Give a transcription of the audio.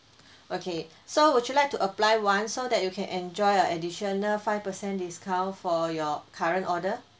okay so would you like to apply one so that you can enjoy a additional five percent discount for your current order